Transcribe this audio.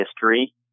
history